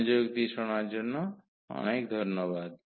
মনোযোগ দিয়ে শোনার জন্য অনেক ধন্যবাদ